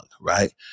right